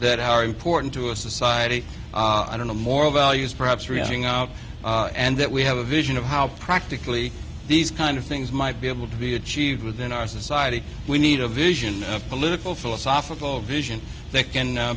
that are important to a society i don't know moral values perhaps reaching out and that we have a vision of how practically these kind of things might be able to be achieved within our society we need a vision of political philosophical vision that can